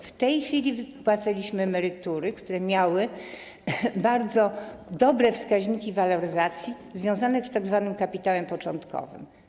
Wypłacaliśmy emerytury, które miały bardzo dobre wskaźniki waloryzacji związane z tzw. kapitałem początkowym.